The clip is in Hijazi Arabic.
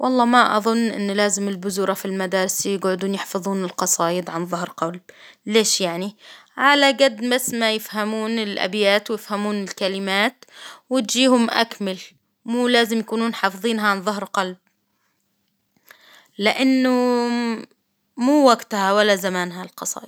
والله ما أظن إن لازم البزورة في المدارس يقعدون يحفظون القصايد عن ظهر قلب، ليش يعني؟ على قد بس ما يفهمون الأبيات ويفهمون الكلمات، وإديهم أكمل، مو لازم يكونون حافظينها عن ظهر قلب، لإنه مم مو وقتها ولا زمانها القصايد.